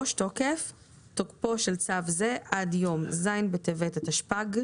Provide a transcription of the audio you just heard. תוקף תוקפו של צו זה עד יום ז' בטבת התשפ"ג